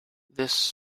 this